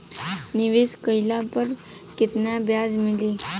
निवेश काइला पर कितना ब्याज मिली?